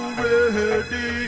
ready